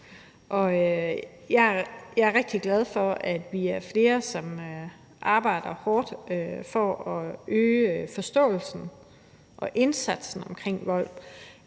Jeg er rigtig glad for, at vi er flere, som arbejder hårdt for at øge forståelsen og for at øge indsatsen mod vold.